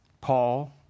Paul